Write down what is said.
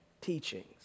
teachings